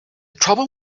trouble